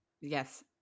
Yes